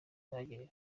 bagiriwe